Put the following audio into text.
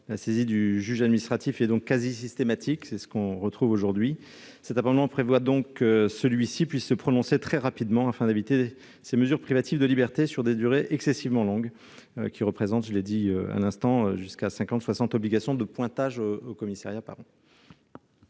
la saisie du juge administratif est quasi systématique, comme on le constate aujourd'hui. Nous proposons que le juge puisse se prononcer très rapidement, afin d'éviter ces mesures privatives de liberté sur des durées excessivement longues, qui représentent, je l'ai dit à l'instant, jusqu'à 50 ou 60 obligations de pointage au commissariat par an.